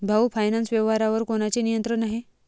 भाऊ फायनान्स व्यवसायावर कोणाचे नियंत्रण आहे?